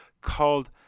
called